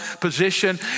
position